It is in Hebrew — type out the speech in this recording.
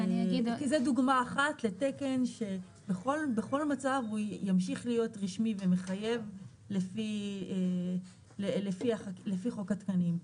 זו דוגמה אחת לתקן שבכל מצב ימשיך להיות רשמי ומחייב לפי חוק התקנים.